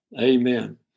Amen